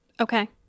Okay